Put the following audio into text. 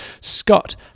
Scott